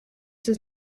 does